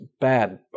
bad